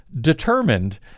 determined